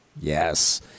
Yes